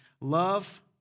Love